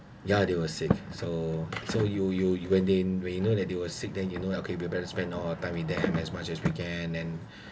ya they were safe so so you you when they when you know that they were sick then you know okay we better spend all the time with them as much as we can then